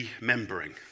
remembering